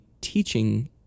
teaching